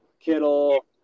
Kittle